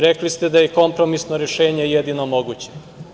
Rekli ste da je kompromisno rešenje jedino moguće.